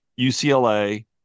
UCLA